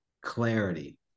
clarity